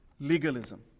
legalism